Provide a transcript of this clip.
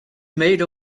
made